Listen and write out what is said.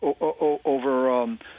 over